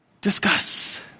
Discuss